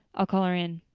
i'll call her in.